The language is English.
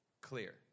clear